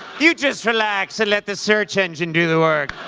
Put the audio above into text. you just relax and let the search engine do the work.